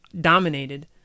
dominated